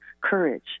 courage